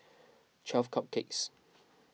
twelve Cupcakes